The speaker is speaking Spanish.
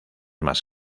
más